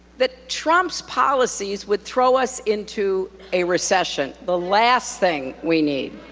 that trump's policies would throw us into a recession. the last thing we need.